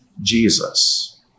Jesus